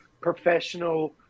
professional –